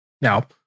Now